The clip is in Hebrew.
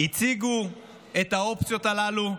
הציגו את האופציות הללו,